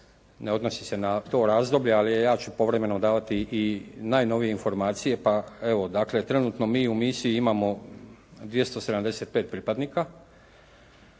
ne odnosi se na to razdoblje ali ja ću povremeno davati i najnovije informacije. Dakle, trenutno mi u misiji imamo 275 pripadnika,